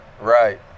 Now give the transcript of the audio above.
right